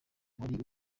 wari